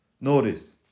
Notice